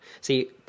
See